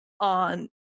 on